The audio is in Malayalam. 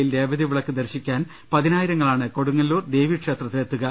യിൽ രേവതി വിളക്ക് ദർശിക്കാൻ പതിനായിരങ്ങളാണ് കൊടുങ്ങല്ലൂർ ദേവീക്ഷേ ത്രത്തിലെത്തുക